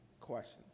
questions